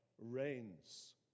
reigns